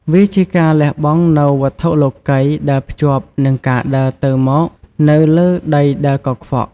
វាជាការលះបង់នូវវត្ថុលោកិយដែលភ្ជាប់នឹងការដើរទៅមកនៅលើដីដែលកខ្វក់។